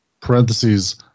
parentheses